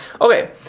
Okay